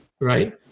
right